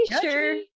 sure